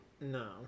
No